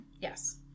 Yes